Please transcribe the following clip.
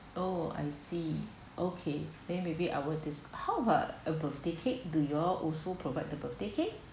oh I see okay then maybe I'll de~ how about a birthday cake do you all also provide the birthday cake